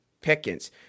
Pickens